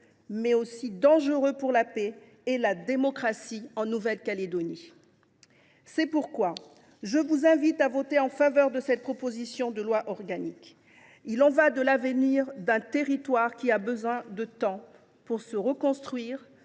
mais aussi dangereux pour la paix et pour la démocratie en Nouvelle Calédonie. C’est pourquoi je vous invite à voter en faveur de cette proposition de loi organique. Il y va de l’avenir d’un territoire qui a besoin de temps pour se reconstruire